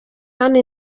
hano